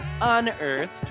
unearthed